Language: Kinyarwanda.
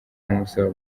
bamusaba